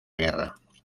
guerra